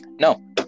No